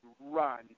run